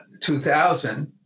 2000